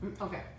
Okay